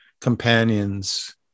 companions